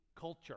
culture